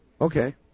Okay